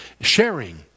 sharing